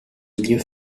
milieu